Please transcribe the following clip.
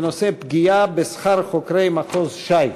בנושא: פגיעה בשכר חוקרי מחוז ש"י.